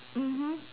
mmhmm